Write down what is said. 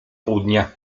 południa